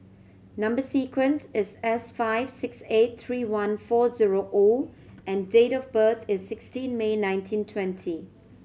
number sequence is S five six eight three one four zero O and date of birth is sixteen May nineteen twenty